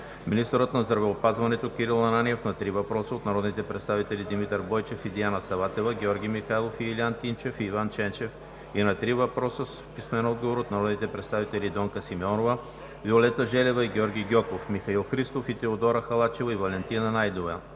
министърът на здравеопазването Кирил Ананиев – на три въпроса от народните представители Димитър Бойчев и Диана Саватев; Георги Михайлов и Илиян Тимчев; и Иван Ченчев, и на три въпроса с писмен отговор от народните представители Донка Симеонова, Виолета Желева и Георги Гьоков; Михаил Христов и Теодора Халачева, и Валентина Найденова;